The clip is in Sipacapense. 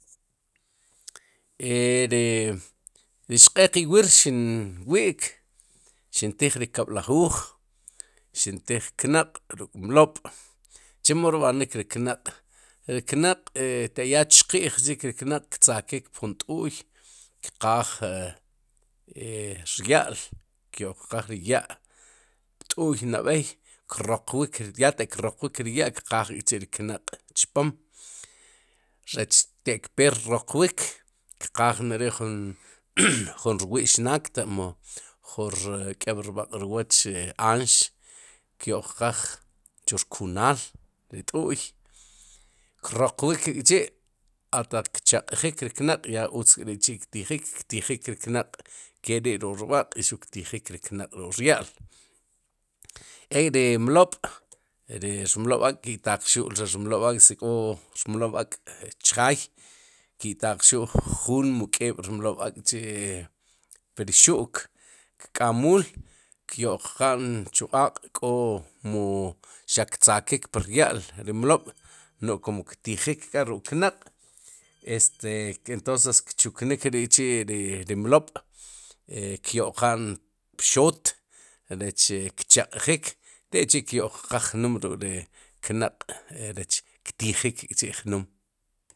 e ri xq'eq iwir xin wi'k xin tij ri kab'lajuj xin tij knaq' ruk'mlob' chemo rb'nik ri knaq'ri knaq' e taq ya chqi'j chik ri knaq' ktzakik pjun t'u'y kqaaj e rya'l kyo'qqaj ri ya' pt'u'y nab'ey kroqwik ya ataq kxoqwik ri ya'kqaaj k'chi'ri knaq' chpom rech tek'pe roqwik kqaaj neri' jun rwi'xnaak taq mu jun keb'rb'aq'rwoch aanx kyo'q qaj chu rkunaal ri t'u'kroq wik k'chi' ataq kcheq'jik ri knaq' yaa utz k'ri'chi'ktijik, ktijik ri knaq'keri ruk'rb'aq'ruq ktijik ri knaq'ruk'rya'l, ek'ri mlob' ri rmlob'ak' ki'taq xu'l ri rmlob'ak' si k'o rmob'ak' chjaay ki'taq xu'l juun mu k'eeb'rmlob'ak' chi'pri xu'k, kk'amul kyo'qan chu q'aq' kó mu xaq ktzakik pu rya'l ri mlob' no'j kum ktijik k'a ruk'knaq' este entonces kchuknik ri chi' ri mlob' e kyo'qan pxoot rech kcheq'jik teck'chi' kyo'q qaaj jnum ruk'ri knaq' rech ktijik k'chi'jnum.